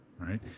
right